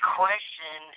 question